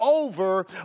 over